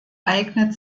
eignet